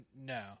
No